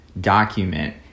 document